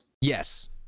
Yes